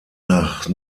nach